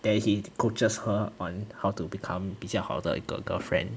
then he coaches her on how to become 比较好的一个 girlfriend